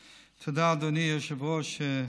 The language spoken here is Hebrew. תודה, אדוני היושב-ראש.